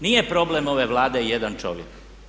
Nije problem ove Vlade jedan čovjek.